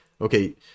okay